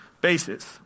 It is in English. basis